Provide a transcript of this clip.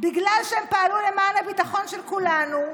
בגלל שהם פעלו למען הביטחון של כולנו.